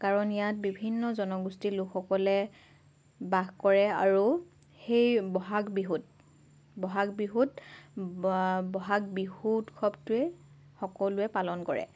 কাৰণ ইয়াত বিভিন্ন জনগোষ্ঠীৰ লোকসকলে বাস কৰে আৰু সেই বহাগ বিহুত বহাগ বিহুত বহাগ বিহু উৎসৱটোৱে সকলোৱে পালন কৰে